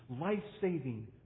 life-saving